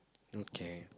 okay